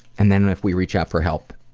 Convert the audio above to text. and then if we reach out for help,